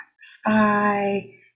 Spy